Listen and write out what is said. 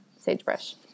Sagebrush